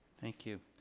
thank you.